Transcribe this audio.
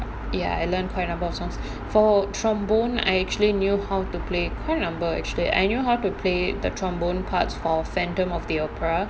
ya I learned quite a number of songs for trombone I actually knew how to play quite a number actually I knew how to play the trombone parts for phantom of the opera